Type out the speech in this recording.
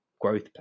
growth